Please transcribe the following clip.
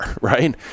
right